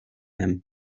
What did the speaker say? him